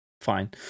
Fine